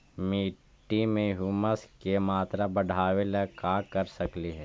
मिट्टी में ह्यूमस के मात्रा बढ़ावे ला का कर सकली हे?